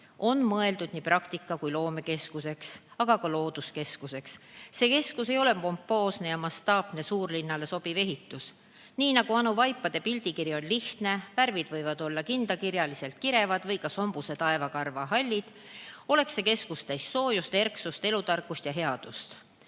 on mõeldud nii praktika- kui loomekeskuseks, aga ka looduskeskuseks. See keskus ei ole pompoosne ja mastaapne suurlinnale sobiv ehitis. Nii nagu Anu Raua vaipade pildikiri on lihtne, selle värvid võivad olla kindakirjaliselt kirevad ja ka sombuse taeva karva hallid, oleks see keskus täis soojust, erksust, elutarkust ja headust.